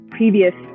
previous